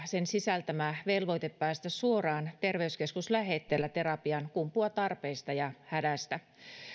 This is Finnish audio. sen sisältämä velvoite päästä suoraan terveyskeskuslähetteellä terapiaan kumpuaa tarpeesta ja hädästä